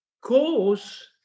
cause